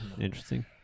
Interesting